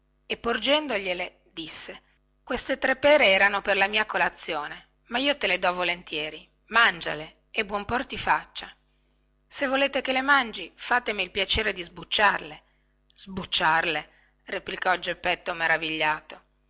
e porgendogliele disse queste tre pere erano per la mia colazione ma io te le do volentieri mangiale e buon pro ti faccia se volete che le mangi fatemi il piacere di sbucciarle sbucciarle replicò geppetto meravigliato non